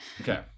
okay